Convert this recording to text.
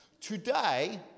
Today